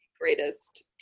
greatest